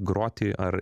groti ar